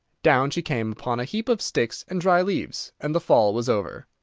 down she came upon a heap of sticks and dry leaves, and the fall was over.